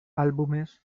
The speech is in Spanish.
álbumes